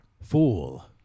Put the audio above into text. Fool